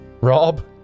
Rob